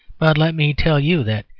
but let me tell you that,